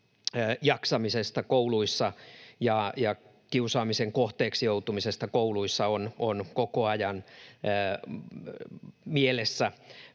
jaksamisesta kouluissa ja kiusaamisen kohteeksi joutumisesta kouluissa on koko ajan mielessä.